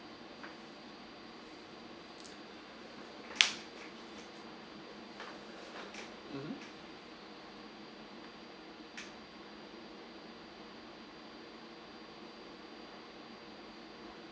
mm